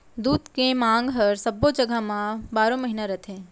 दूद के मांग हर सब्बो जघा म बारो महिना रथे